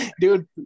Dude